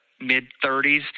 mid-30s